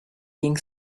being